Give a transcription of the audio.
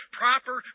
proper